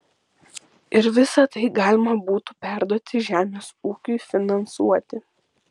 ir visa tai galima būtų perduoti žemės ūkiui finansuoti